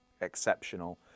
exceptional